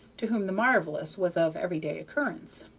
to whom the marvellous was of every-day occurrence.